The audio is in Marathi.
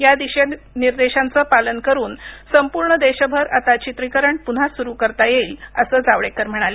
या दिशानिर्देशांचं पालन करून संपूर्ण देशभर आता चित्रीकरण पुन्हा सुरू करता येईल असं जावडेकर म्हणाले